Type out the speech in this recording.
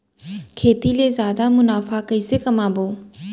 खेती ले जादा मुनाफा कइसने कमाबो?